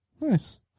Nice